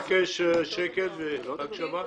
אני מבקש שקט והקשבה.